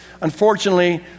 unfortunately